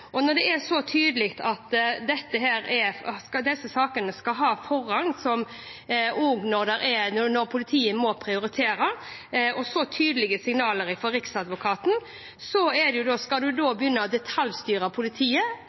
Når det er så tydelig at disse sakene skal ha forrang, også når politiet må prioritere, og det er så tydelige signaler fra Riksadvokaten – skal man da begynne å detaljstyre politiet,